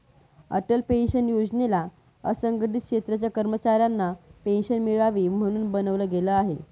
Atal pension योजनेला असंघटित क्षेत्राच्या कर्मचाऱ्यांना पेन्शन मिळावी, म्हणून बनवलं गेलं आहे